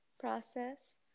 process